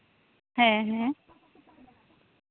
ᱦᱮᱸ ᱦᱮᱸ